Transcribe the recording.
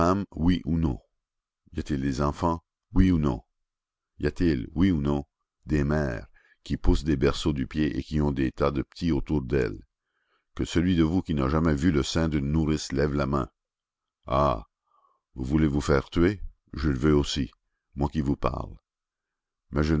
oui ou non y a-t-il des enfants oui ou non y a-t-il oui ou non des mères qui poussent des berceaux du pied et qui ont des tas de petits autour d'elles que celui de vous qui n'a jamais vu le sein d'une nourrice lève la main ah vous voulez vous faire tuer je le veux aussi moi qui vous parle mais je